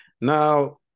Now